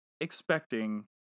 expecting